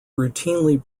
routinely